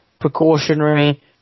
precautionary